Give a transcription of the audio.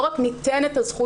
לא רק ניתן את הזכויות,